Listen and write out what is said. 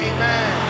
Amen